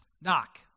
Knock